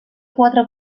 quatre